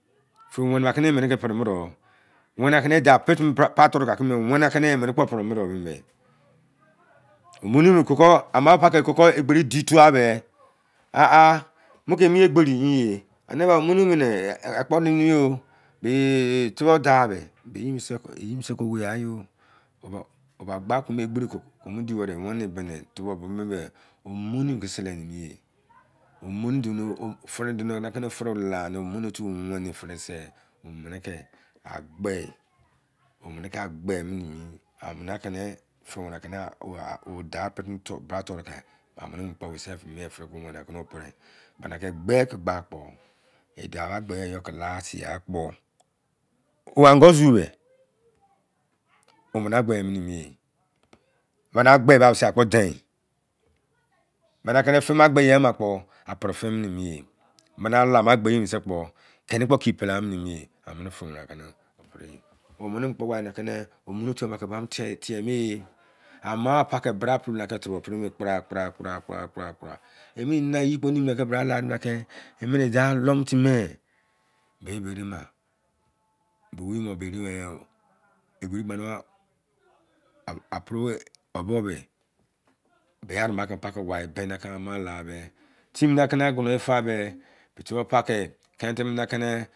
Firi weni aki imini ki pri ngi do. Weni aki ni i dau pri timi braa toru. Weni aski i mini kpo pringi do bei. Mi be. Omoni mini koko, ama paki koko egberii di taa be. Aha! Mu ke emi egberi. Ania ba wo wini mini. Be tubou dau be, bei eyi mose o wi yai yo. Wo ba gba koro mo egberi ko o mo di weri weni bibi ni tubou mo bee, omoni bo ki sele nimi ye. Omeni duoni. omoni-otu weni firii se omin ki, a gbe nimi. Omini ka gbe mini mi. Amini akini firi weni akini a o dauu pri timi bra toru ki amini mukpo bisi firi ki weni aki no pri. Mien e ki gbe ki gha kpo i dau ba gbe yi yo ki lagha kpo. O angozi be omini agbe mini mi e. Bani agbe bisi bra kpo dein. Ba fi mo agbe eyi ama kpo, a pri fi mini mi e. Omini, ala ma gbei emi ye mose kpo keni kpo ki pelegha nimu e. Amini firi weni na kini o pri ye. Omini mu kpo wai na kini omoru-otu mini ki tieghe me e. Amaa paki bra pele aki tubou pri me. Kpra! Kpra!! Kpra!!! Kpra!!!! Emini neni eyi numu be bra la de ke, i mini i dau alei mo timi me?